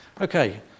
Okay